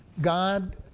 God